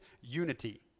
unity